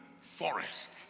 forest